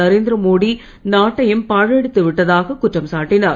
நரேந்திர மோடி நாட்டையும் பாழடித்து விட்டதாகக் குற்றம் சாட்டினார்